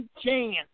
chance